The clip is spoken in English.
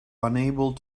unable